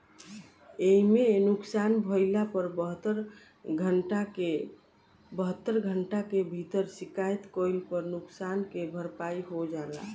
एइमे नुकसान भइला पर बहत्तर घंटा के भीतर शिकायत कईला पर नुकसान के भरपाई हो जाला